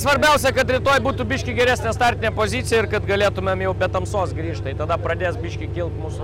svarbiausia kad rytoj būtų biškį geresnė startinė pozicija ir kad galėtumėm jau be tamsos grįžt tai tada pradės biškį kilt mūsų